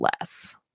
less